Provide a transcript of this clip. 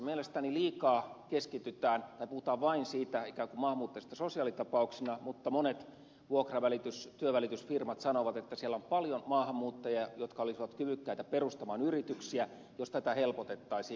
mielestäni liikaa puhutaan vain ikään kuin maahanmuuttajista sosiaalitapauksina mutta monet työnvälitysfirmat sanovat että siellä on paljon maahanmuuttajia jotka olisivat kyvykkäitä perustamaan yrityksiä jos tätä helpotettaisiin